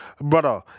Brother